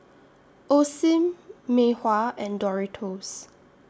Osim Mei Hua and Doritos